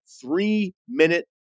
three-minute